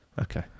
Okay